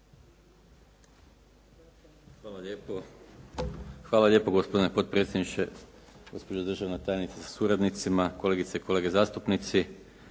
Gordan (SDP)** Hvala lijepo. Gospodine potpredsjedniče, gospođo državna tajnice sa suradnicima, kolegice i kolege zastupnici.